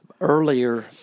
earlier